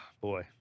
boy